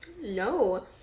No